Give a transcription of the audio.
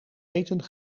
eten